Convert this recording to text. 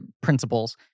principles